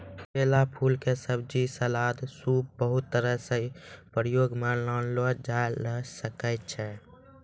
केला फूल के सब्जी, सलाद, सूप बहुत तरह सॅ प्रयोग मॅ लानलो जाय ल सकै छो